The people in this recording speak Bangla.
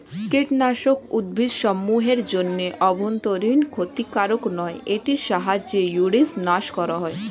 কীটনাশক উদ্ভিদসমূহ এর জন্য অভ্যন্তরীন ক্ষতিকারক নয় এটির সাহায্যে উইড্স নাস করা হয়